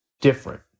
different